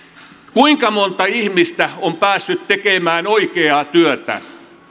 kuinka monta ihmistä on päässyt tekemään oikeaa työtä